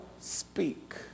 speak